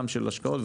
גם של השקעות,